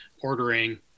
ordering